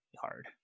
hard